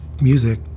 music